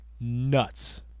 nuts